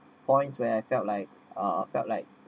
points where I felt like uh I felt like